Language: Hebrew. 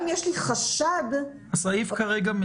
אבל מכיוון שאנחנו